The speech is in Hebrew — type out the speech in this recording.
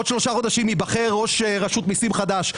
עוד שלושה חודשים ייבחר ראש רשות מיסים חדש,